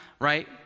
right